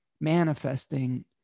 manifesting